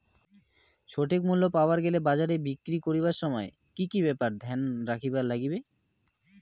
সঠিক মূল্য পাবার গেলে বাজারে বিক্রি করিবার সময় কি কি ব্যাপার এ ধ্যান রাখিবার লাগবে?